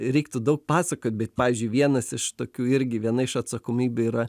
reiktų daug pasakot bet pavyzdžiui vienas iš tokių irgi viena iš atsakomybių yra